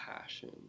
passion